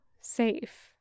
safe